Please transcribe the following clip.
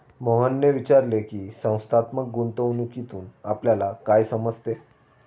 मोहनने विचारले की, संस्थात्मक गुंतवणूकीतून आपल्याला काय समजते?